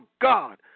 God